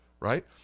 right